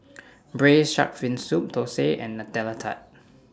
Braised Shark Fin Soup Thosai and Nutella Tart